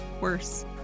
worse